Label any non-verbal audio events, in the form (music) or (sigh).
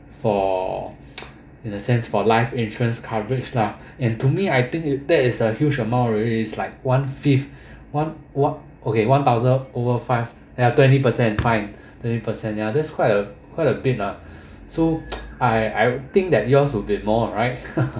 for (noise) in the sense for life insurance coverage lah and to me I think that is a huge amount already it's like one fifth one what okay one thousand over five twenty percent fine twenty percent ya that's quite a quite a bit lah so I I think that yours will be more right (laughs)